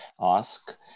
ask